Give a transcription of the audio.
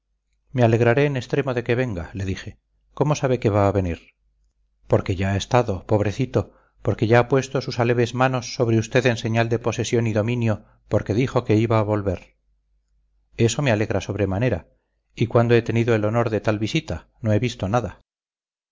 me alegraré en extremo de que venga le dije cómo sabe usted que va a venir porque ya ha estado pobrecito porque ya ha puesto sus aleves manos sobre usted en señal de posesión y dominio porque dijo que iba a volver eso me alegra sobremanera y cuándo he tenido el honor de tal visita no he visto nada